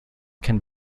can